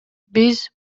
биз